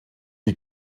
die